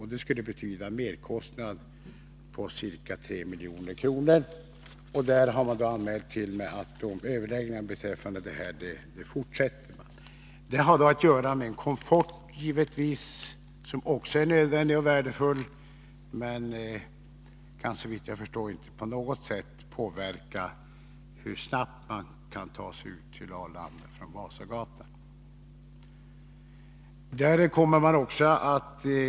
Det skulle betyda en merkostnad på ca 3 milj.kr. Det har anmälts till mig att överläggningar beträffande detta fortsätter. Givetvis har det att göra med komfort, som är nödvändig och värdefull. Men detta kan, så vitt jag förstår, inte på något sätt påverka hur snabbt man kan ta sig ut till Arlanda från Vasagatan.